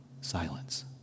silence